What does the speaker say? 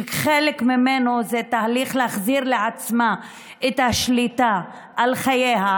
שחלק ממנו זה תהליך להחזיר לעצמה את השליטה על חייה,